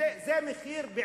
זה המחיר.